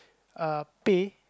uh pay